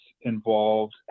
involved